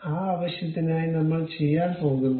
ആ ആവശ്യത്തിനായി നമ്മൾ ചെയ്യാൻ പോകുന്നത്